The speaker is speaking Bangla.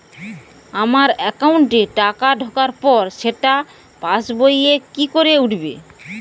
আমার একাউন্টে টাকা ঢোকার পর সেটা পাসবইয়ে কি করে উঠবে?